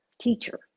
teacher